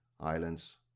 Islands